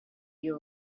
you